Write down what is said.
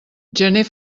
gener